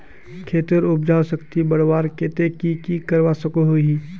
खेतेर उपजाऊ शक्ति बढ़वार केते की की करवा सकोहो ही?